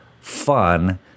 fun